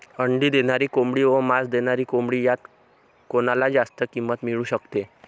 अंडी देणारी कोंबडी व मांस देणारी कोंबडी यात कोणाला जास्त किंमत मिळू शकते?